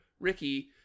Ricky